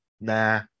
Nah